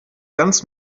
ganz